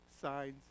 signs